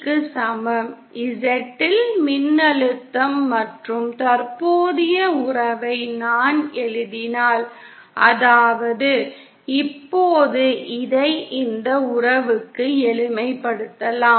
Z இல் மின்னழுத்தம் மற்றும் தற்போதைய உறவை நான் எழுதினால் அதாவது இப்போது இதை இந்த உறவுக்கு எளிமைப்படுத்தலாம்